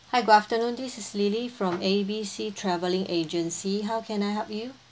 hi good afternoon this is lily from A B C travelling agency how can I help you